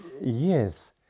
Yes